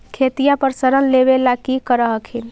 खेतिया पर ऋण लेबे ला की कर हखिन?